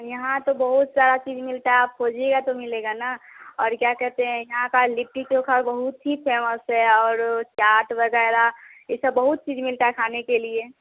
यहाँ तो बहुत सारा चीज़ मिलता है आप खोजिएगा तो मिलेगा ना और क्या कहते है यहाँ का लिट्टी चोखा बहुत ही फेमस है और वह चाट वगैरह ये सब बहुत चीज़ मिलता है खाने के लिए